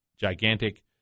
gigantic